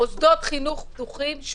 -- מוסדות חינוך פתוחים.